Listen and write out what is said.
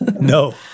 No